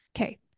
Okay